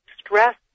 stress